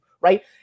right